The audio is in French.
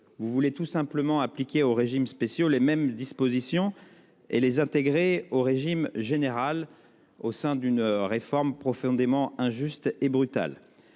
Vous voulez tout simplement appliquer aux régimes spéciaux les mêmes dispositions et les intégrer au régime général dans le cadre d'une réforme profondément injuste et brutale.